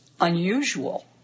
unusual